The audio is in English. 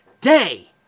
Day